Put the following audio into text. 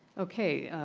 okay.